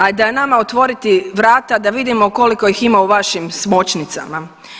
A i da je nama otvoriti vrata da vidimo koliko ih ima u vašim smočnicama.